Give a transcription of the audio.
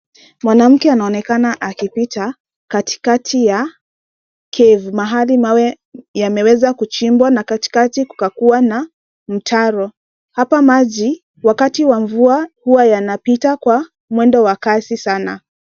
Mwanamke anaonekana akipita katikati ya cave , mahali mawe yameweza kuchimbwa na katikati kukuwa na mtaro. Hapa maji, wakati wa mvua, huwa yanapita kwa mwendo wa kasi sana.